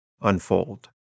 unfold